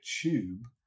tube